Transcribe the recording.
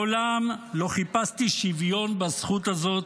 מעולם לא חיפשתי שוויון בזכות הזאת,